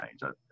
change